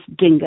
Dinga